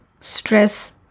stress